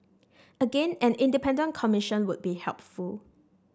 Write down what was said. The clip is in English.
again an independent commission would be helpful